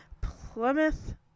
Plymouth